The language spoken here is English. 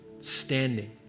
standing